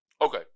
Okay